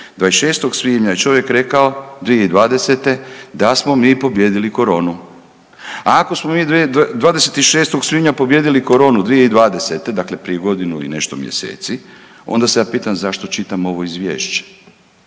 26. svibnja čovjek je rekao 2020. da smo mi pobijedili koronu. Ako smo mi 26. svibnja pobijedili koronu 2020. dakle prije godinu i nešto mjeseci, onda se ja pitam zašto čitamo ovo izvješće?